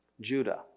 Judah